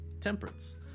temperance